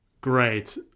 Great